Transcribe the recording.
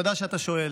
תודה שאתה שואל.